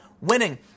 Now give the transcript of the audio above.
winning